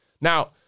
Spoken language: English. Now